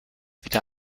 wieder